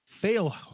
fail